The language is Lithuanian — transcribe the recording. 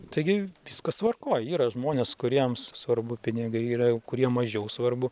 taigi viskas tvarkoj yra žmonės kuriems svarbu pinigai yra kuriem mažiau svarbu